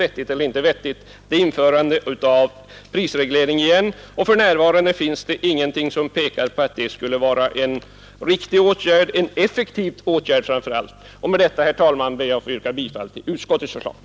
Vad vi har att diskutera är ett eventuellt återinförande av prisregleringen, men för närvarande finns det ingenting som pekar på att det skulle vara en riktig och framför allt effektiv åtgärd. Med detta ber jag att få yrka bifall till utskottets hemställan.